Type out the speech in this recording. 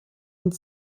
und